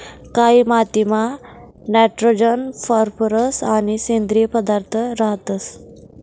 कायी मातीमा nitrogen phosphorus आणि सेंद्रिय पदार्थ रातंस